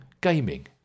gaming